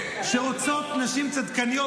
ורוצות נשים צדקניות,